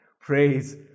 Praise